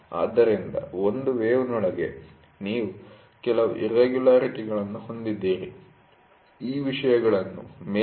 ಆದ್ದರಿಂದ ಒಂದು ವೇವ್'ನೊಳಗೆ ನೀವು ಕೆಲವು ಇರ್ರೆಗುಲರಿಟಿ'ಗಳನ್ನು ಹೊಂದಿದ್ದೀರಿ ಆ ವಿಷಯಗಳನ್ನು ಮೇಲ್ಮೈ ರಫ್ನೆಸ್ ಎಂದು ಕರೆಯಲಾಗುತ್ತದೆ